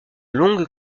longue